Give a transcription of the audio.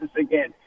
again